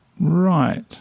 right